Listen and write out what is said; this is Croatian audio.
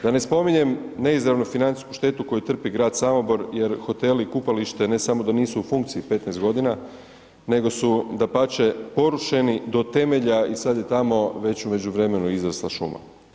Da ne spominjem neizravnu financijsku štetu koju trpi grad Samobor jer hoteli i kupalište, ne samo da nisu u funkciji 15 godina nego su, dapače, porušeni do temelja i sad je tamo već u međuvremenu izrasla šuma.